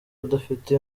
udafite